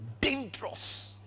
Dangerous